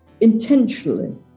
intentionally